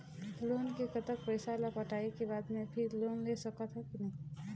Loan के कतक पैसा ला पटाए के बाद मैं फिर लोन ले सकथन कि नहीं?